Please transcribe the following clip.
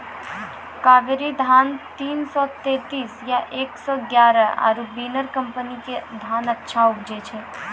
कावेरी धान तीन सौ तेंतीस या एक सौ एगारह आरु बिनर कम्पनी के धान अच्छा उपजै छै?